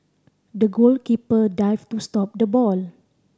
the goalkeeper dived to stop the ball